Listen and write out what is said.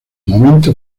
momento